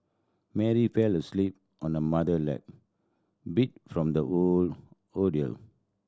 Mary fell asleep on her mother lap beat from the whole ordeal